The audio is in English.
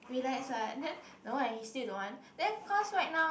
relax what then the one he still don't want then cause right now